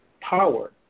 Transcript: power